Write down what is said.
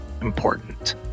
important